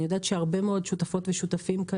אני יודעת שהרבה מאוד שותפות ושותפים כאן